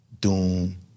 Doom